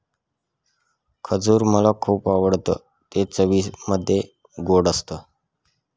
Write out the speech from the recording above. खजूर मला खुप आवडतं ते चवीमध्ये गोड असत